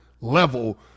level